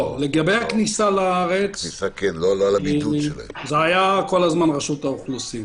לגבי הכניסה לארץ זה היה כל הזמן רשות האוכלוסין.